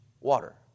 water